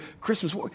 Christmas